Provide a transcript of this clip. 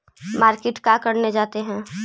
Market का करने जाते हैं?